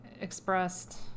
expressed-